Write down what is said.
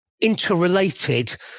interrelated